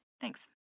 Thanks